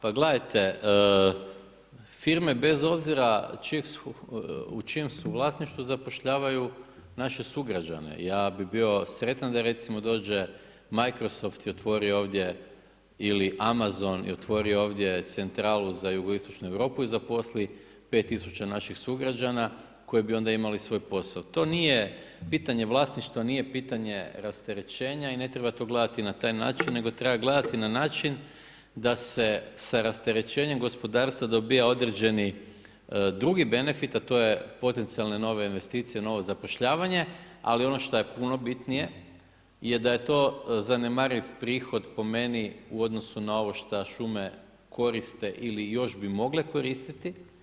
Pa gledajte, firme bez obzira u čijem su vlasništvu zapošljavaju naše sugrađane, ja bi bio sretan da recimo dođe Microsoft i otvori ovdje ili Amazon, i otvori ovdje centralu za jugoistočnu Europu i zaposli 5 000 naših sugrađana koji bi onda imali svoj posao, to nije pitanje vlasništva, nije pitanje rasterećenja i ne trebati gledati na taj način nego treba gledati na način da se sa rasterećenjem gospodarstva dobiva određeni drugi benefit a to je potencijalne nove investicije, novo zapošljavanje, ali ono što je puno bitnije je da je to zanemariv prihod, po meni, u odnosu na ovo šta šume koriste ili još bi mogle koristiti.